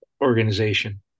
organization